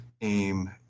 AIM